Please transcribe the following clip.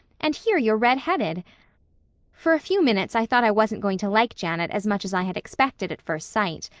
and here you're redheaded for a few minutes i thought i wasn't going to like janet as much as i had expected at first sight.